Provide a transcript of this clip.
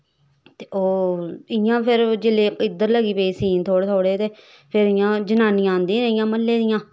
ते ओ इयां फिर जिसले उध्दर लगी पे सीन थोह्ड़े थोह्ड़े ते फिर इयां जनानियां आंदियां रेहियां म्ह्ल्ले दियां